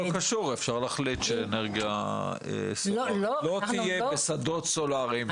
לא קשור אפשר להחליט שאנרגיה סולארית לא תהיה בשדות סולאריים,